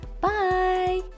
Bye